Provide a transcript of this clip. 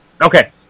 Okay